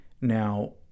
Now